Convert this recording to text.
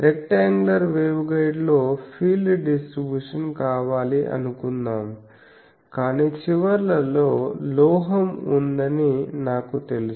rectangular వేవ్గైడ్లో field distribution కావాలి అనుకుందాం కానీ చివర్లలో లోహం ఉందని నాకు తెలుసు